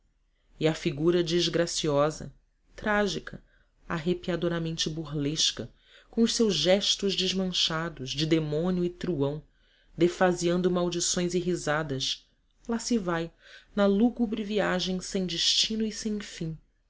e a figura desgraciosa trágica arrepiadoramente burlesca com os seus gestos desmanchados de demônio e truão desafiando maldições e risadas lá se vai na lúgubre viagem sem destino e sem fim a